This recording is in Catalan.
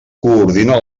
coordina